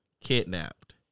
kidnapped